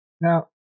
Now